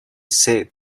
said